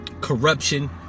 corruption